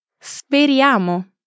Speriamo